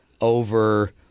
over